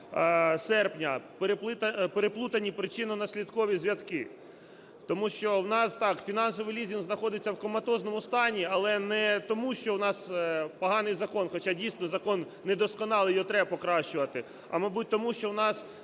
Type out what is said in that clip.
серпня, переплутані причинно-наслідкові зв'язки. Тому що у нас, так, фінансовий лізинг знаходиться у коматозному стані, але не тому, що в нас поганий закон, хоча дійсно закон недосконалий, його треба покращувати, а, мабуть, тому що у нас